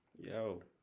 Yo